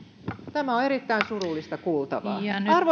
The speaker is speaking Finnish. tämä on erittäin surullista kuultavaa arvoisa ministeri sanokaa nyt